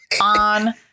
on